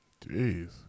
Jeez